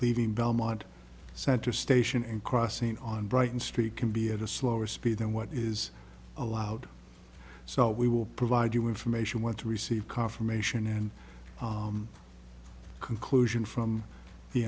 leaving belmont center station and crossing on brighton street can be at a slower speed than what is allowed so we will provide you information want to receive confirmation and conclusion from the